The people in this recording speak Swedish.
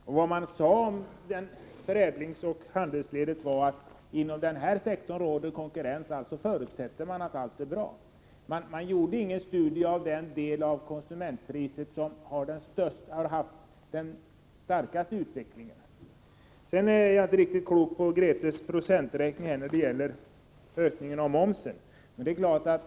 Om förädling och handel säger man att konkurrens råder inom den sektorn. Alltså förutsätter man att allt är bra. Man gjorde ingen studie av den del av konsumentpriset som har haft den starkaste utvecklingen. Sedan blir jag inte riktigt klok på Grethe Lundblads procenträkning när det gäller ökningen av momsen.